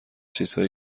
چیزهایی